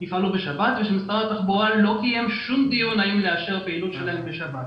יפעלו בשבת ושמשרד התחבורה לא קיים שום דיון אם לאשר פעילות שלהם בשבת.